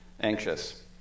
anxious